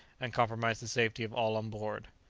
and compromised the safety of all on board.